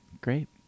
Great